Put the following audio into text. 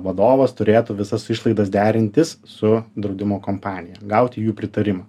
vadovas turėtų visas išlaidas derintis su draudimo kompanija gauti jų pritarimą